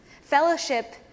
fellowship